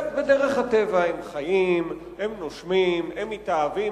בדרך הטבע הם חיים, הם נושמים, הם מתאהבים.